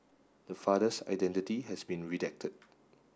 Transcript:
the father's identity has been redacted